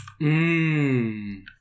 Mmm